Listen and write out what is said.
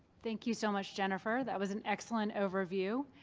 thank you so much, jennifer. that was an excellent overview.